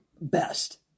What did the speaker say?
best